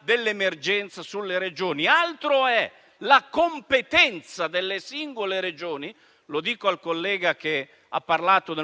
dell'emergenza sulle Regioni. Altro è la competenza delle singole Regioni. Lo dico al collega del